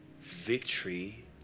victory